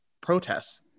protests